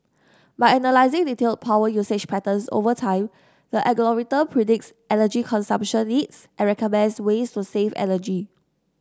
by analysing detailed power usage patterns over time the algorithm predicts energy consumption needs and recommends ways to save energy